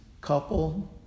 couple